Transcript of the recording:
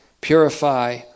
purify